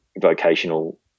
vocational